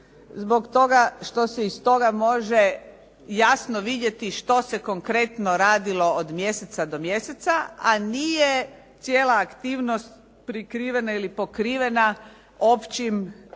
zbog toga što se iz toga može jasno vidjeti što se konkretno radilo od mjeseca do mjeseca, a nije cijela aktivnost prikrivena ili pokrivena općim mjestima